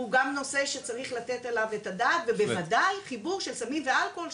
הוא גם נושא שצריך לתת עליו את הדעת ובוודאי חיבור של סמים ואלכוהול,